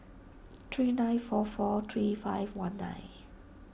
three nine four four three five one nine